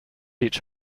each